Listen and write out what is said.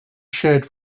shared